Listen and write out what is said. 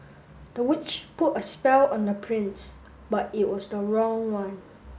the witch put a spell on the prince but it was the wrong one